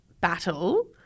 battle